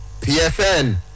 Pfn